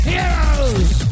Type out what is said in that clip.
Heroes